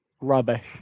rubbish